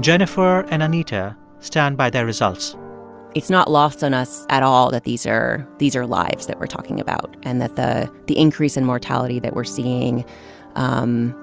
jennifer and anita stand by their results it's not lost on us at all that these are these are lives that we're talking about and that the the increase in mortality that we're seeing um